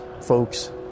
folks